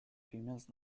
females